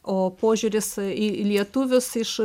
o požiūris į lietuvius iš